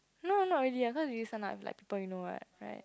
no not really uh cause you listen like people you know right